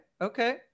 okay